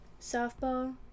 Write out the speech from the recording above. softball